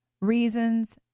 reasons